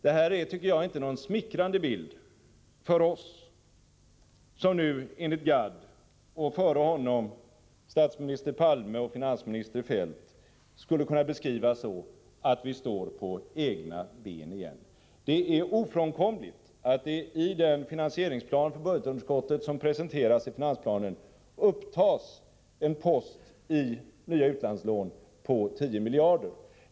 Det här tycker jag inte är någon smickrande bild för oss som nu enligt Gadd — och före honom enligt statsminister Palme och finansminister Feldt — skulle kunna beskrivas så, att vi står på egna ben igen. Det går inte att komma ifrån att det i den finansieringsplan för budgetunderskottet som presenteras i finansplanen upptas en post i nya utlandslån på 10 miljarder.